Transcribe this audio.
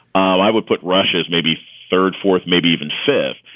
um i would put russia's maybe third, fourth, maybe even fifth.